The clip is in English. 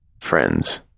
Friends